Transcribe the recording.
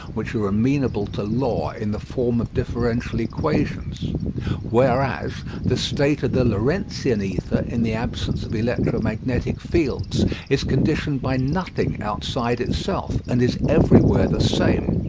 which are amenable to law in the form of differential equations whereas the state of the lorentzian ether in the absence of electromagnetic fields is conditioned by nothing outside itself, and is everywhere the same.